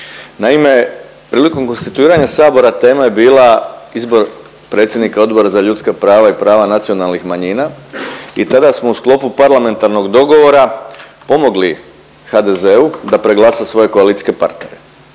Naime, prilikom konstituiranja sabora tema je bila izbor predsjednika Odbora za ljudska prava i prava nacionalnih manjina i tada smo u sklopu parlamentarnog dogovora pomogli HDZ-u da preglasa svoje koalicijske partnere.